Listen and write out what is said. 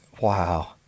Wow